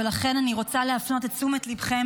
ולכן אני רוצה להפנות את תשומת ליבכם